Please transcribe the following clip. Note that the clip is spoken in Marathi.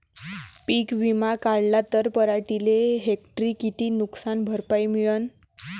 पीक विमा काढला त पराटीले हेक्टरी किती नुकसान भरपाई मिळीनं?